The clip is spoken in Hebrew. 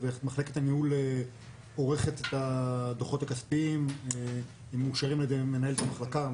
מחלקת הניהול עורכת את הדו"חות הכספיים ומאושרים על ידי מנהלת המחלקה.